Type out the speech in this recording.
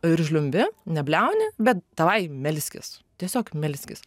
ir žliumbi ne bliauni bet davai melskis tiesiog melskis